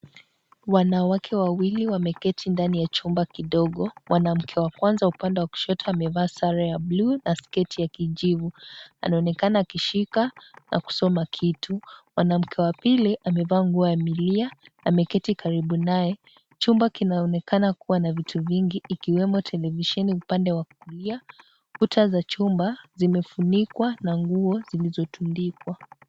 Wanawake wawili wameketi kwenye chumba kidogo mwanamke wa kwanza upande amevaa sare ya blue na sketi ya kijivu anaonekana akishika na kusomakitu mwanaume wa pili amevaa nguo ya milia ameketi karibu naye chumba kinaonekana kuwa na vitu vingi ikiwemo televisheni upande wa kulia, kuta za chumba zimefunikwa na nguo zilizotandikwa.